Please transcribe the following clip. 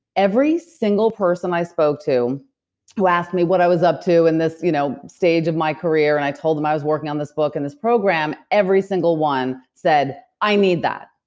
every single person i spoke to who asked me what i was up to in this you know stage of my career and i told them i was working on this book and this program, every single one said, i need that.